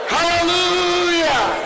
Hallelujah